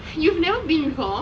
you've never been before